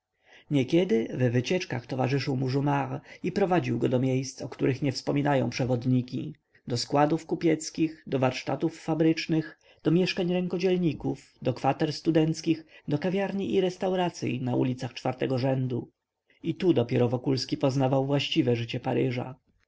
niekiedy w wycieczkach towarzyszył mu jumart i prowadził go do miejsc o których nie wspominają przewodniki do składów kupieckich do warsztatów fabrycznych do mieszkań rękodzielników do kwater studenckich do kawiarni i restauracyi na ulicach czwartego rzędu i tu dopiero wokulski poznawał właściwe życie paryża